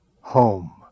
Home